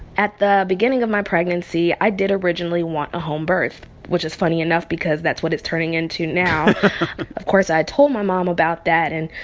at the beginning of my pregnancy, i did originally want a home birth, which is funny enough because that's what it's turning into now of course, i had told my mom about that, and